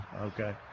Okay